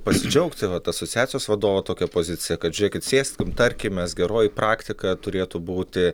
pasidžiaugti vat asociacijos vadovo tokia pozicija kad žiūrėkit sėskim tarkimės geroji praktika turėtų būti